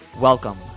Welcome